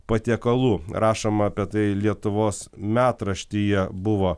patiekalų rašoma apie tai lietuvos metraštyje buvo